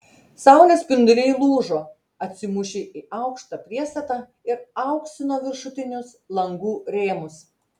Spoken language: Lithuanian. saulės spinduliai lūžo atsimušę į aukštą priestatą ir auksino viršutinius langų rėmus